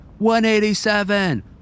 187